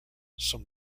some